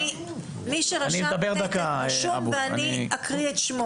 ואני אקריא את שמו.